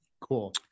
Cool